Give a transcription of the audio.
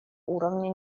уровня